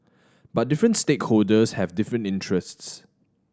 but different stakeholders have different interests